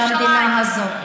למדינה הזאת.